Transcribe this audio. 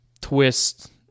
twist